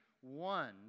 one